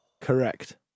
Correct